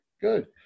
Good